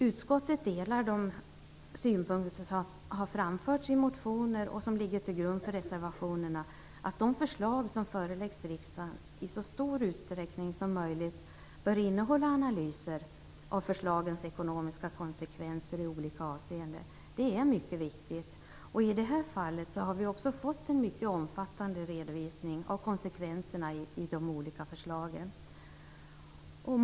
Utskottet delar de synpunkter som har framförts i motioner och som ligger till grund för reservationerna. De förslag som föreläggs riksdagen bör i så stor utsträckning som möjligt innehålla analyser av förslagens ekonomiska konsekvenser i olika avseenden. Det är mycket viktigt. I det här fallet har vi också fått en mycket omfattande redovisning av konsekvenserna i de olika förslagen.